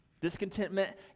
Discontentment